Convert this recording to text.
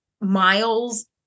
miles